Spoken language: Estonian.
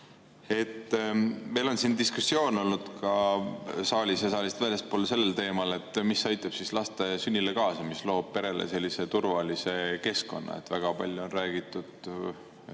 Meil on siin diskussioon olnud ka saalis ja saalist väljaspool sellel teemal, mis aitab laste sünnile kaasa ja mis loob perele turvalise keskkonna. Väga palju on räägitud